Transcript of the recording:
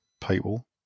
people